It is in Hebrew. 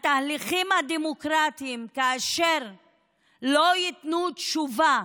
כאשר התהליכים הדמוקרטיים לא ייתנו תשובה